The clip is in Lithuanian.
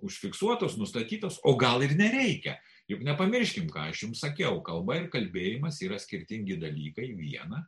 užfiksuotos nustatytos o gal ir nereikia juk nepamirškim ką aš jums sakiau kalba ir kalbėjimas yra skirtingi dalykai viena